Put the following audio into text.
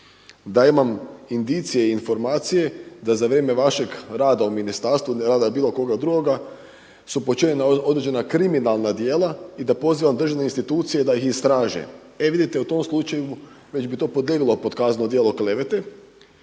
da imam indicije i informacije da za vrijeme vašega rada u ministarstvu ili rada bilo koga drugoga su počinjena određena kriminalna djela i da pozivam državne institucije da ih istraže. E vidite u tom slučaju već bi to podleglo pod kazneno djelo klevete